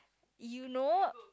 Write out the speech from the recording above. you know